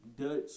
Dutch